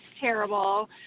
terrible